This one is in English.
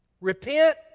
Repent